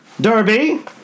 Derby